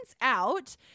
out